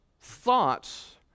thoughts